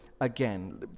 again